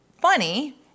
funny